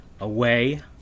away